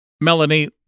Melanie